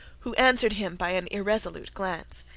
who answered him by an irresolute glance.